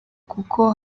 kuko